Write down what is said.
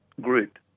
group